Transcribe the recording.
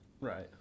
right